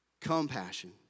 compassion